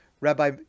Rabbi